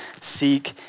seek